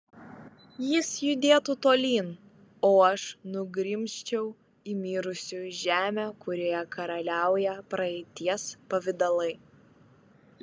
jis judėtų tolyn o aš nugrimzčiau į mirusiųjų žemę kurioje karaliauja praeities pavidalai